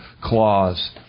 clause